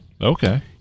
Okay